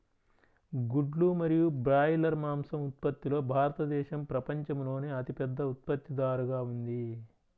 గుడ్లు మరియు బ్రాయిలర్ మాంసం ఉత్పత్తిలో భారతదేశం ప్రపంచంలోనే అతిపెద్ద ఉత్పత్తిదారుగా ఉంది